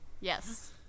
Yes